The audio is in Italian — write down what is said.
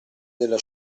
della